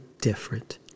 different